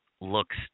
looks